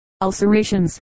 ulcerations